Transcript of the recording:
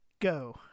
go